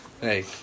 Hey